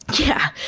yeah.